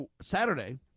Saturday